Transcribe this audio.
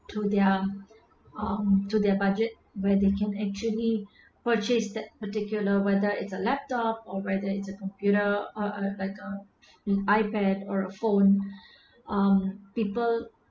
to their um to their budget where they can actually purchase that particular whether it's a laptop or whether it's a computer uh like uh ipad or a phone um people